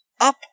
Up